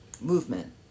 movement